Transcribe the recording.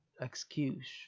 excuse